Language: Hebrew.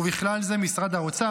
ובכלל זה משרד האוצר,